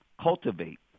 cultivate